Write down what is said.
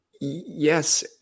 Yes